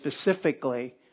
specifically